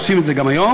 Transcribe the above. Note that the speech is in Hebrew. עושים את זה גם היום,